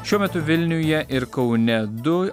šiuo metu vilniuje ir kaune du